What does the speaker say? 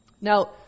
Now